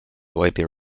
widely